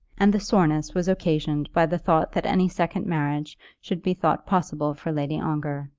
and the soreness was occasioned by the thought that any second marriage should be thought possible for lady ongar.